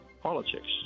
politics